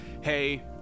Hey